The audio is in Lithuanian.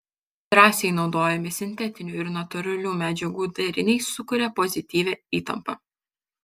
drąsiai naudojami sintetinių ir natūralių medžiagų deriniai sukuria pozityvią įtampą